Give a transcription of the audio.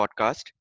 Podcast